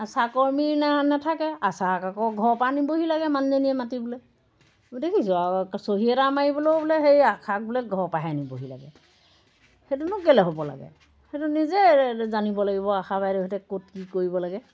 আশা কৰ্মী না নাথাকে আশাক আকৌ ঘৰৰ পৰা নিবহি লাগে মানুহজনীয়ে মাতি বোলে দেখিছোঁ আৰু চহী এটা মাৰিবলৈও বোলে সেই আশাক বোলে ঘৰৰ পৰাহে নিবহি লাগে সেইটোনো কেলৈ হ'ব লাগে সেইটো নিজে জানিব লাগিব আশা বাইদেউহঁতে ক'ত কি কৰিব লাগে